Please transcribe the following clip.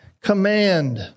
command